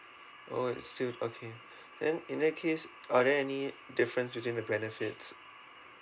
oh it's still okay then in that case are there any difference between the benefits